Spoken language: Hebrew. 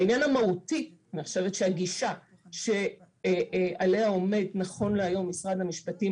בעניין המהותי אני חושבת שהגישה שעליה עומד נכון להיום משרד המשפטים